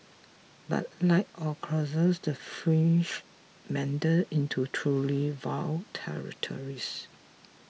but like all crusades the fringes meandered into truly vile territories